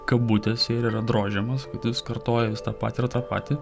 kabutėse ir yra drožiamas kad jis kartoja vis tą patį ir tą patį